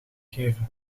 geven